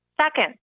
Second